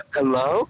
Hello